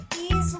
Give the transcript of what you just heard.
easy